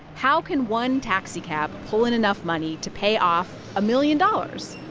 how can one taxicab pull in enough money to pay off a million dollars?